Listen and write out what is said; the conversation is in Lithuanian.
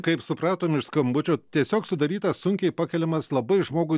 kaip supratom iš skambučio tiesiog sudarytas sunkiai pakeliamas labai žmogui